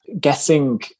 guessing